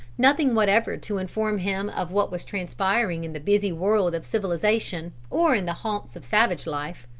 nothing whatever to inform him of what was transpiring in the busy world of civilization, or in the haunts of savage life,